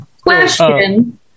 Question